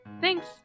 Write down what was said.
Thanks